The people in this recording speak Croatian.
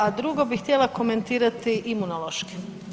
A drugo bi htjela komentirati Imunološki.